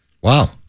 Wow